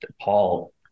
Paul